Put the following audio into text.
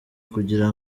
kugira